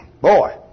Boy